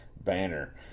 Banner